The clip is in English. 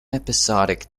episodic